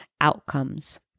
outcomes